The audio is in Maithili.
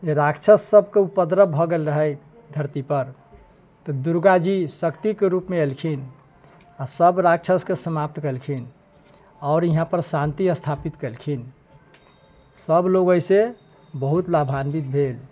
राक्षस सभके उपद्रव भऽ गेल रहै धरतीपर तऽ दुर्गा जी शक्तिके रूपमे अयलखिन आओर सभ राक्षसकेँ समाप्त केलखिन आओर इहाँपर शान्ति स्थापित केलखिन सभ लोग अइसँ बहुत लाभान्वित भेल